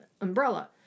umbrella